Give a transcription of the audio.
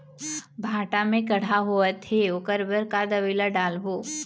भांटा मे कड़हा होअत हे ओकर बर का दवई ला डालबो?